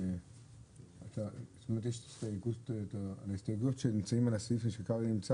על ההסתייגויות לסעיפים כשקרעי נמצא,